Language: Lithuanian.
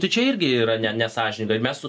tai čia irgi yra ne nesąžininga ir mes su